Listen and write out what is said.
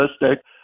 realistic